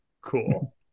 cool